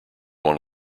want